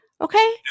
Okay